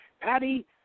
Patty